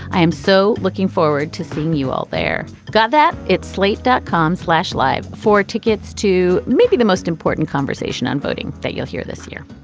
i am so looking forward to seeing you there. got that. it's slate dot com slash live. for tickets to maybe the most important conversation on voting that you'll hear this year.